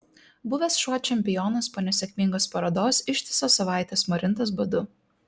buvęs šuo čempionas po nesėkmingos parodos ištisas savaites marintas badu